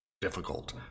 difficult